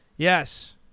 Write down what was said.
Yes